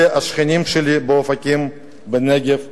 אלו השכנים שלי באופקים, בנגב ובגליל.